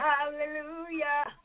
Hallelujah